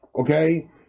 okay